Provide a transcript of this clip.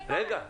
פנינו --- רגע,